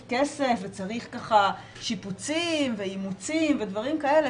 כסף וצריך שיפוצים ואימוצים ודברים כאלה,